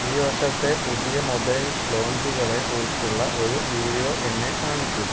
ഈ വർഷത്തെ പുതിയ മൊബൈൽ ലോഞ്ചുകളെ കുറിച്ചുള്ള ഒരു വീഡിയോ എന്നെ കാണിക്കൂ